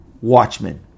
Watchmen